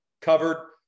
covered